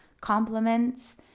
compliments